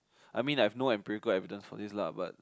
I mean I have no empirical evidence for these lah but